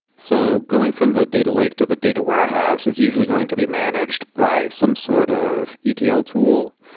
so, going from the data lake to the data warehouse, it's usually going to be managed by some sort of etl tool,